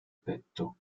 petto